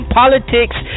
politics